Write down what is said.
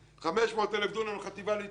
500,000 דונם לחטיבה להתיישבות.